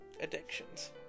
addictions